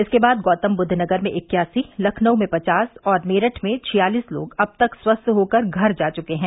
इसके बाद गौतमबुद्ध नगर में इक्यासी लखनऊ में पचास और मेरठ में छियालीस लोग अब तक स्वस्थ होकर घर जा चुके हैं